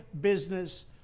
business